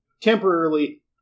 temporarily